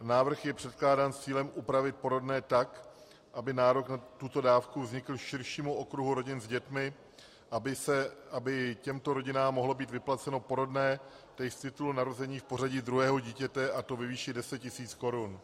Návrh je předkládán s cílem upravit porodné tak, aby nárok na tuto dávku vznikl širšímu okruhu rodin s dětmi, aby těmto rodinám mohlo být vyplaceno porodné z titulu narození v pořadí druhého dítěte, a to ve výši 10 tisíc korun.